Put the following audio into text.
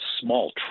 small